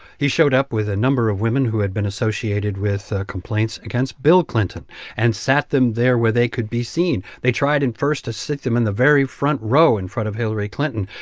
he showed up with a number of women who had been associated with complaints against bill clinton and sat them there where they could be seen. they tried at first to sit them in the very front row in front of hillary clinton,